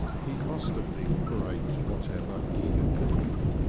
he must have been great whatever he had been.